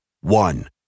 One